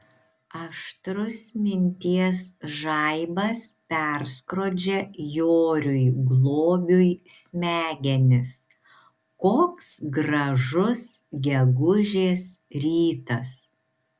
aštrus minties žaibas perskrodžia joriui globiui smegenis koks gražus gegužės rytas